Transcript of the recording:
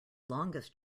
longest